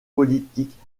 politiques